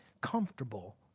comfortable